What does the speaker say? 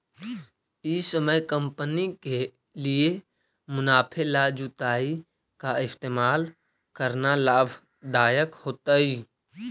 ई समय कंपनी के लिए मुनाफे ला जुताई का इस्तेमाल करना लाभ दायक होतई